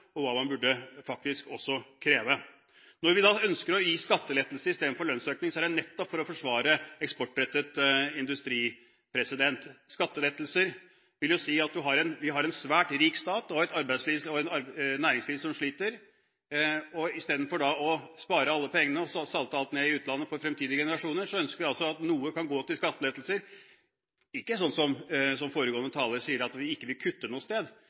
og hva man faktisk burde kreve. Når vi ønsker å gi skattelettelse istedenfor lønnsøkning, er det nettopp for å forsvare eksportrettet industri. Vi har en svært rik stat og et næringsliv som sliter, og istedenfor å spare alle pengene og salte alt ned i utlandet for fremtidige generasjoner, ønsker vi at noe kan gå til skattelettelser – ikke som foregående taler sier, at vi ikke vil kutte noe sted;